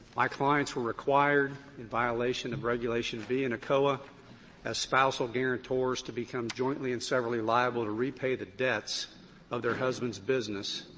my clients were required, in violation of regulation b in ecoa as spousal guarantors, to become jointly and severally liable to repay the debts of their husbands' business,